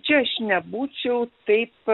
čia aš nebūčiau taip